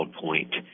point